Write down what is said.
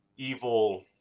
evil